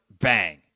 Bang